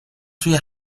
توی